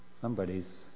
somebody's